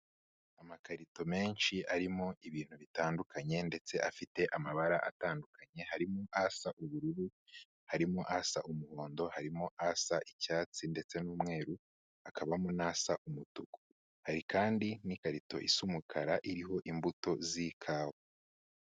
Amakarito menshi arimo ibintu bitandukanye, ndetse afite amabara atandukanye, harimo asa ubururu, harimo asa umuhondo, harimo asa icyatsi, ndetse n'umweru, hakabamo n'asa umutuku. Hari kandi n'ikarito isa umukara iriho imbuto z'ikawa.